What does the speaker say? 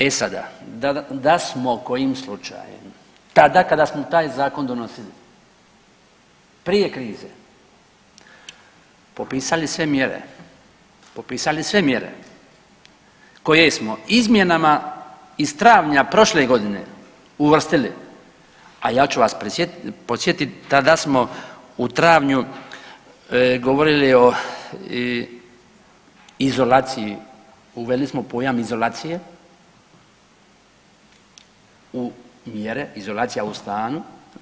E sada, da smo kojim slučajem tada kada smo taj zakon donosili prije krize popisali sve mjere, popisali sve mjere koje smo izmjenama iz travnja prošle godine uvrstili, a ja ću vas podsjetiti tada smo u travnju govorili o izolaciji, uveli smo pojam izolacije u mjere, izolacija u stanu.